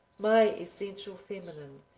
my essential feminine,